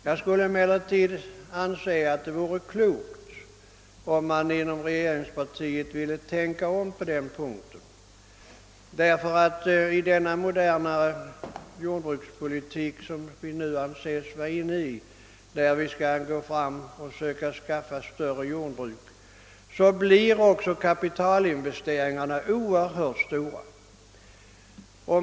Det vore emellertid klokt om man inom regeringspartiet ville tänka om på den punkten, därför att i den moderna jordbrukspolitik som vi nu anses föra och enligt vilken vi skall försöka skapa stora jordbruksenheter blir också kapitalinvesteringarna oerhört stora.